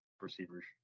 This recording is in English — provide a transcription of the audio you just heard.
receivers